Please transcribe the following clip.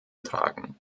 tragen